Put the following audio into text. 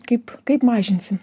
kaip kaip mažinsim